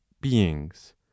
beings